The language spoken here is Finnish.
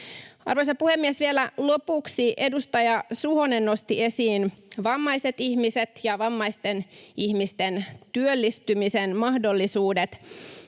Arvoisa puhemies! Vielä lopuksi: Edustaja Suhonen nosti esiin vammaiset ihmiset ja vammaisten ihmisten työllistymisen mahdollisuudet.